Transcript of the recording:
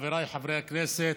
חבריי חברי הכנסת,